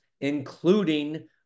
including